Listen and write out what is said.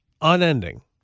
unending